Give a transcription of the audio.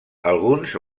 alguns